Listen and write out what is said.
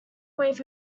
wave